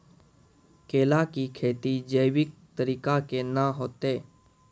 केला की खेती जैविक तरीका के ना होते?